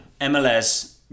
MLS